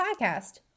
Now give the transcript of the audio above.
Podcast